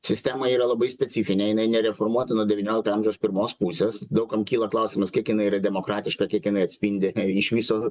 sistema yra labai specifinė jinai nereformuota nuo devyniolikto amžiaus pirmos pusės daug kam kyla klausimas kiek jinai yra demokratiška kiek jinai atspindi iš viso